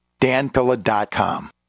danpilla.com